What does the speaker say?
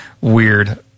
weird